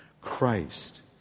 Christ